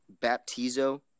Baptizo